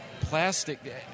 plastic